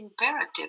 imperative